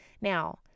Now